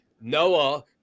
Noah